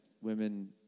women